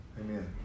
Amen